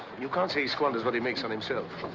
you can't say he squanders what he makes on himself.